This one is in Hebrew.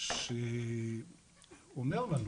שאומר לנו